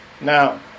Now